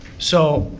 so